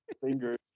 fingers